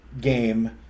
game